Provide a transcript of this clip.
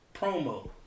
promo